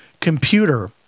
computer